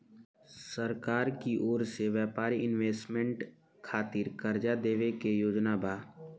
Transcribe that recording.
सरकार की ओर से व्यापारिक इन्वेस्टमेंट खातिर कार्जा देवे के योजना बा